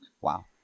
Wow